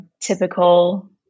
typical